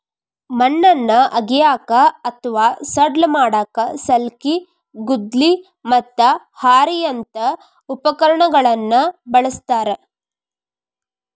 ಮಣ್ಣನ್ನ ಅಗಿಯಾಕ ಅತ್ವಾ ಸಡ್ಲ ಮಾಡಾಕ ಸಲ್ಕಿ, ಗುದ್ಲಿ, ಮತ್ತ ಹಾರಿಯಂತ ಉಪಕರಣಗಳನ್ನ ಬಳಸ್ತಾರ